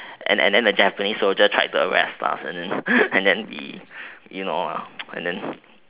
and then and then the japanese soldier tried to arrest us and then you know ah and then